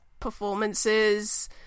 Performances